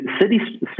City